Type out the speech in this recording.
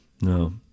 No